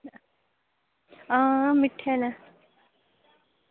हां मिट्ठे न